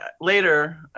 later